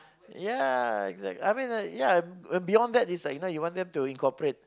ya exact I mean like ya beyond that you is like now you want them to incorporate